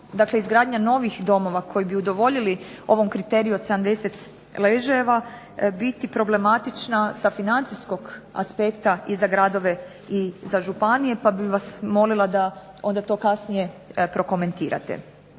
izgradnja novih domova koji bi udovoljili ovom kriteriju od 70 ležajeva biti problematična sa financijskog aspekta i za gradove i za županije pa bih vas molila da onda to kasnije prokomentirate.